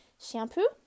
Shampoo